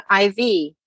IV